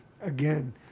again